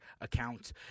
account